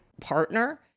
partner